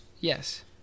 Yes